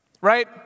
right